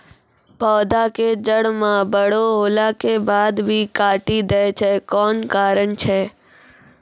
पौधा के जड़ म बड़ो होला के बाद भी काटी दै छै कोन कारण छै?